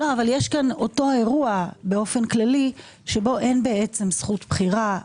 יש פה אותו אירוע באופן כללי, שבו אין זכות בחירה.